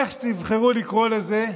איך שתבחרו לקרוא לזה,